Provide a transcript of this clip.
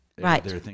Right